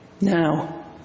Now